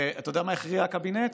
אתה יודע מה הכריע הקבינט?